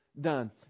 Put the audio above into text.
done